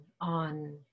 on